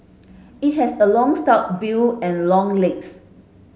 it has a long stout bill and long legs